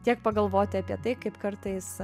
tiek pagalvoti apie tai kaip kartais